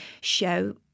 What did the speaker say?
show